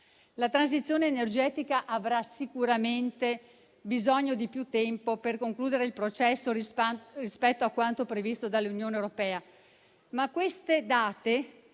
La transizione energetica avrà sicuramente bisogno di più tempo per concludere il processo rispetto a quanto previsto dall'Unione europea. Queste date